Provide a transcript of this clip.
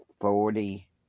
forty